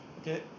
Okay